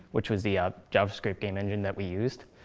which was the ah javascript game engine that we used.